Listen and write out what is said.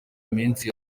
minsi